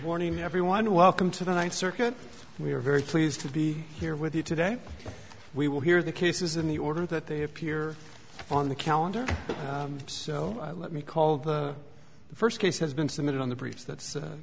morning everyone welcome to the ninth circuit and we're very pleased to be here with you today we will hear the cases in the order that they appear on the calendar so let me call the first case has been submitted on the briefs that